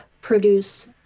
produce